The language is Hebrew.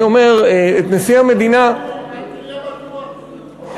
אני אומר, את נשיא המדינה, אל תהיה בטוח.